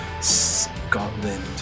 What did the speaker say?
Scotland